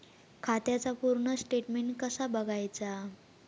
खात्याचा पूर्ण स्टेटमेट कसा बगायचा?